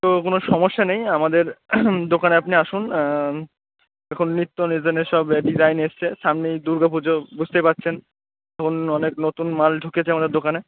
তো কোনো সমস্যা নেই আমাদের দোকানে আপনি আসুন এখন নিত্য সব ডিজাইন এসেছে সামনেই দুর্গাপুজো বুঝতেই পারছেন তো অন্য অনেক নতুন মাল ঢুকেছে আমাদের দোকানে